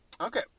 Okay